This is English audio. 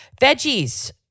veggies